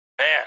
Man